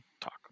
talk